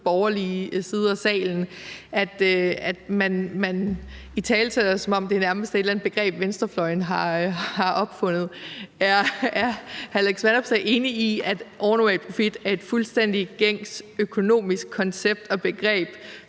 borgerlige side af salen, at man italesætter det, som om det nærmest er et eller andet begreb, venstrefløjen har opfundet. Er hr. Alex Vanopslagh enig i, at overnormal profit er et fuldstændig gængs økonomisk koncept og begreb,